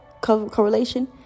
correlation